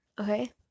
okay